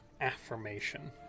affirmation